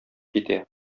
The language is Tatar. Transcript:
китә